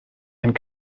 and